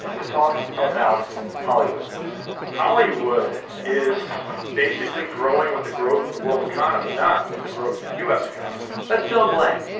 to talk about hollywood hollywood is basically growing with the growth of the world economy, not with the growth of the u s. economy that's john blank.